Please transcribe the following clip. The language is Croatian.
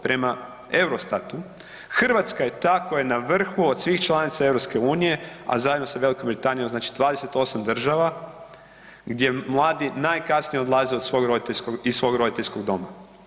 Prema EUROSTAT-u Hrvatska je ta koja je na vrhu od svih članica EU, a zajedno sa Velikom Britanijom znači 28 država gdje mladi najkasnije odlaze iz svog roditeljskog doma.